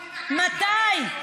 מתי?